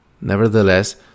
Nevertheless